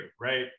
Right